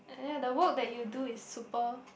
ya the work that you do is super